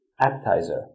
appetizer